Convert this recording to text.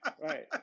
right